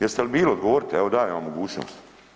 Jeste li bili, odgovorite evo dajem vam mogućnost?